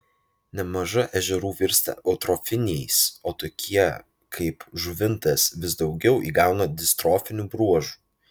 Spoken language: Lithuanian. nemaža ežerų virsta eutrofiniais o tokie kaip žuvintas vis daugiau įgauna distrofinių bruožų